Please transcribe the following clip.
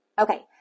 Okay